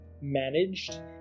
managed